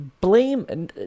blame